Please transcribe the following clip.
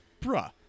Bruh